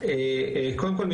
קודם כול,